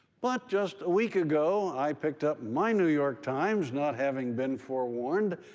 but just a week ago, i picked up my new york times, not having been forewarned,